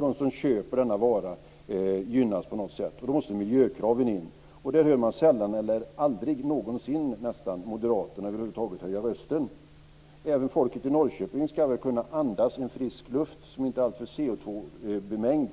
de som köper denna vara - ska gynnas på något sätt. Då måste miljökraven in. I det sammanhanget hör man över huvud taget moderaterna aldrig någonsin höja rösten. Även folket i Norrköping ska väl kunna andas en frisk luft som inte är alltför CO2-bemängd.